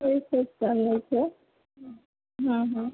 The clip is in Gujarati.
હમ્મ હમ્મ